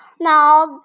Now